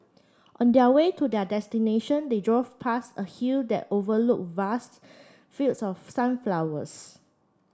on their way to their destination they drove past a hill that overlooked vast fields of sunflowers